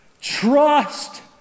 Trust